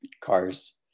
cars